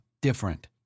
different